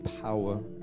power